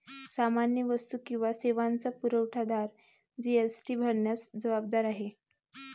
सामान्य वस्तू किंवा सेवांचा पुरवठादार जी.एस.टी भरण्यास जबाबदार आहे